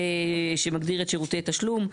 שמגדיר את שירותי תשלום.